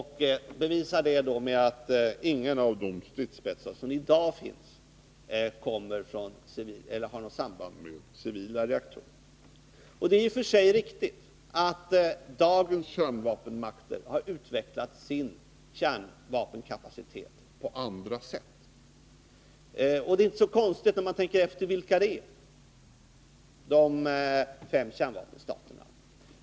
Han bevisar det genom att säga att ingen av de stridsspetsar som i dag finns har något samband med civila reaktorer. Det är i och för sig riktigt att dagens kärnvapenmakter har utvecklat sin kärnvapenkapacitet på andra sätt, och det är inte så konstigt om man betänker vilka de fem kärnvapenstaterna är.